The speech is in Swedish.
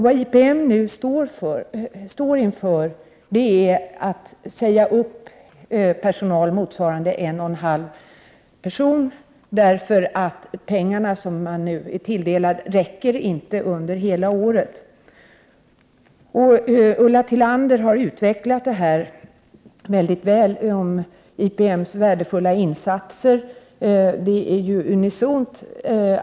Vad IPM nu står inför är att tvingas säga upp personal motsvarande en och en halv tjänster därför att de resurser IPM har tilldelats inte räcker under hela året. Ulla Tillander har väldigt väl redogjort för IPM:s värdefulla insatser.